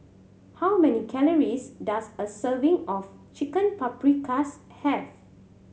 how many calories does a serving of Chicken Paprikas have